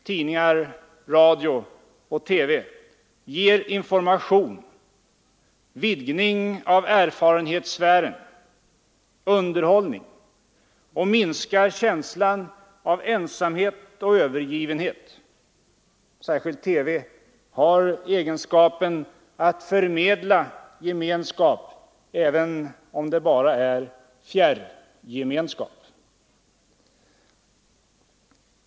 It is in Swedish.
Tidningar, radio och TV ger information, vidgning av erfarenhetssfären, underhållning och minskar känslan av ensamhet och övergivenhet. Särskilt TV har egenskapen att förmedla gemenskap även om det bara är fjärrgemenskap.